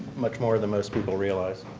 much more than most people realize.